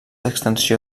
extensió